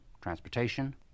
transportation